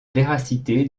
véracité